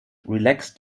relaxed